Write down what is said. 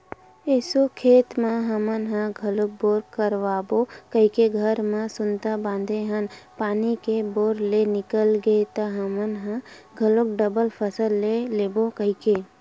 एसो खेत म हमन ह घलोक बोर करवाबो कहिके घर म सुनता बांधे हन पानी बने बोर ले निकल गे त हमन ह घलोक डबल फसल ले लेबो कहिके